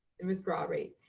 the withdrawal rate,